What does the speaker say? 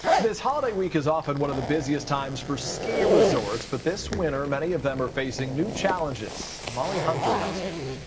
this holiday week is often one of the busiest times for ski resorts but this winter, many of them are facing new challenges. molly hunter has more.